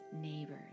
neighbors